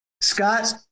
Scott